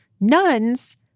nuns